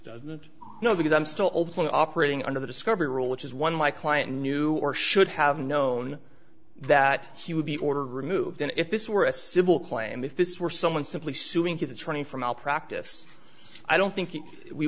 no because i'm still open to operating under the discovery rule which is one my client knew or should have known that he would be ordered removed and if this were a civil claim if this were someone simply suing his attorney for malpractise i don't think we